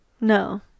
No